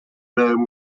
name